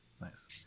Nice